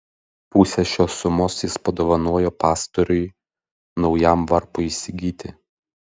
pusę šios sumos jis padovanojo pastoriui naujam varpui įsigyti